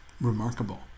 remarkable